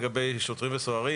לגבי שוטרים וסוהרים,